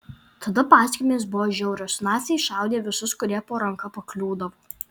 tada pasekmės buvo žiaurios naciai šaudė visus kurie po ranka pakliūdavo